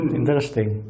interesting